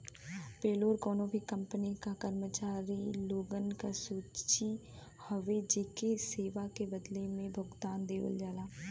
payroll कउनो भी company क कर्मचारी लोगन क सूची हउवे जेके सेवा के बदले में भुगतान देवल जाला